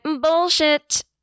bullshit